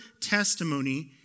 testimony